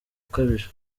ukabije